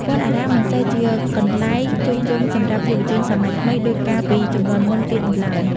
វត្តអារាមមិនសូវជាកន្លែងជួបជុំសម្រាប់យុវជនសម័យថ្មីដូចកាលពីជំនាន់មុនទៀតនោះឡើយ។